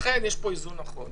לכן יש פה איזון נכון.